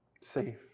safe